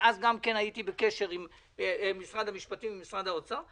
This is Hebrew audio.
אז גם הייתי בקשר עם משרד המשפטים ומשרד האוצר,